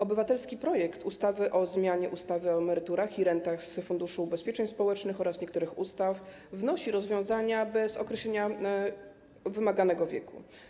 Obywatelski projekt ustawy o zmianie ustawy o emeryturach i rentach z Funduszu Ubezpieczeń Społecznych oraz niektórych innych ustaw wnosi rozwiązania bez określenia wymaganego wieku.